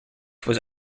was